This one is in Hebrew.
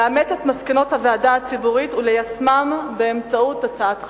לאמץ את מסקנות הוועדה הציבורית וליישמן באמצעות הצעת חקיקה.